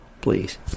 please